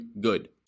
good